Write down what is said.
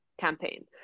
campaign